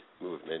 movement